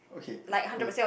okay uh wait